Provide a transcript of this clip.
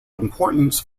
importance